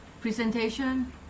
presentation